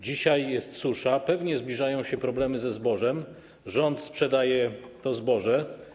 Dzisiaj jest susza, pewnie zbliżają się problemy ze zbożem, rząd sprzedaje to zboże.